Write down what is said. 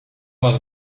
was